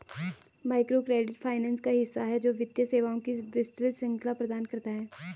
microcredit finance का हिस्सा है, जो वित्तीय सेवाओं की विस्तृत श्रृंखला प्रदान करता है